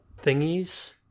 thingies